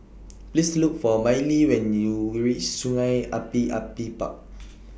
Please Look For Mylie when YOU REACH Sungei Api Api Park